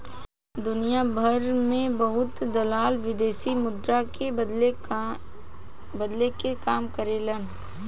दुनियाभर में बहुत दलाल विदेशी मुद्रा के बदले के काम करेलन